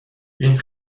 این